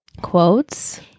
Quotes